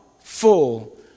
full